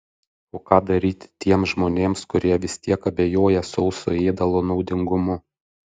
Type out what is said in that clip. o ką daryti tiems žmonėms kurie vis tiek abejoja sauso ėdalo naudingumu